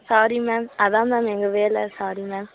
sorry ma'am அதான் ma'am எங்கள் வேலை சாரி மேம்